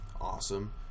awesome